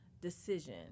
decision